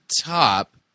top